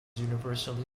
universally